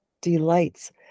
delights